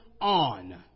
on